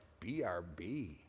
BRB